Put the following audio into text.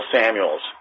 Samuels